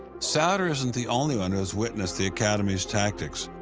souder isn't the only one who has witnessed the academy's tactics.